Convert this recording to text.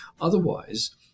Otherwise